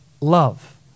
love